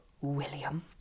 William